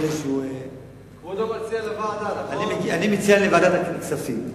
אני מציע לוועדת הכספים.